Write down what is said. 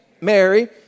Mary